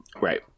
Right